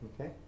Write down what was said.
okay